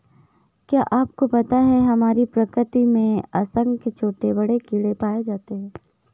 क्या आपको पता है हमारी प्रकृति में असंख्य छोटे बड़े कीड़े पाए जाते हैं?